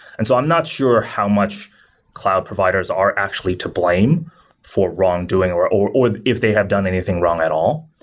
and so i'm not sure how much cloud providers are actually to blame for wrong doing or or if they have done anything wrong at all.